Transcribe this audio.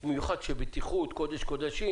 במיוחד בעניין של בטיחות שהוא קודש קודשים.